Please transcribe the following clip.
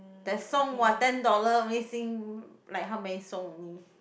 that song !wah! ten dollar only sing like how many song only